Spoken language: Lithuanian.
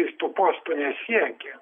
jis to posto nesiekia